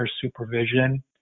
supervision